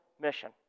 mission